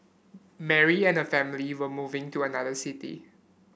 Mary and her family were moving to another city